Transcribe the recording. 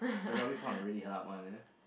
they probably found a really hard one ya